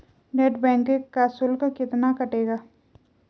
Net banking का शुल्क कितना कटेगा?